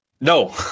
no